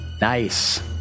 Nice